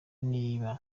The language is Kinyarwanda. niba